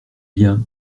bien